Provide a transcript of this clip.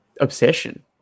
obsession